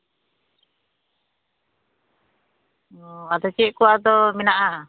ᱟᱫᱚ ᱪᱮᱫ ᱠᱚ ᱟᱫᱚ ᱢᱮᱱᱟᱜᱼᱟ